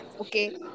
okay